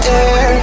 air